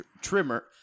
Trimmer